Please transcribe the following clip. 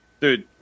Dude